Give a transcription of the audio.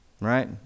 Right